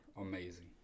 amazing